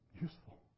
Useful